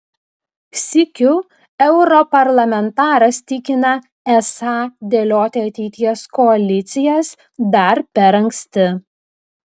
sykiu europarlamentaras tikina esą dėlioti ateities koalicijas dar per anksti